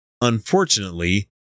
unfortunately